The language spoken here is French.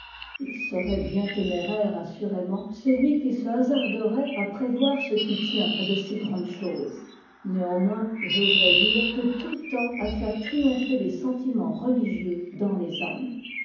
il serait bien téméraire assurément celui qui se hasarderait à prévoir ce qui tient à de si grandes choses néanmoins j'oserai dire que tout tend à faire triompher les sentiments religieux dans les âmes